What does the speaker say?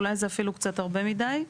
אולי זה אפילו קצת הרבה מידי,